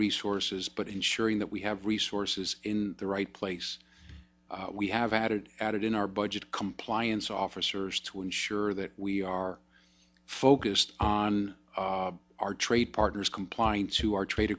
resources but ensuring that we have resources in the right place we have added added in our budget compliance officers to ensure that we are focused on our trade partners complying to our trade